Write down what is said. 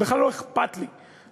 בכלל לא אכפת לי,